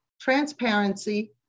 transparency